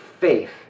faith